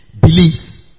believes